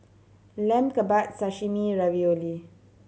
Lamb Kebabs Sashimi Ravioli